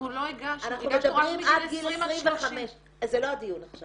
הגשנו רק ----- אנחנו מדברים עד גיל 25. זה לא הדיון עכשיו